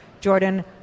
Jordan